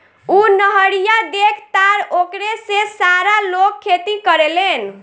उ नहरिया देखऽ तारऽ ओकरे से सारा लोग खेती करेलेन